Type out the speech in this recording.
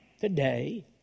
today